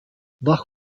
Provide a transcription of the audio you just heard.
wach